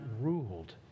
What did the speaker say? ruled